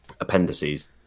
appendices